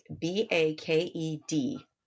B-A-K-E-D